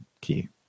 key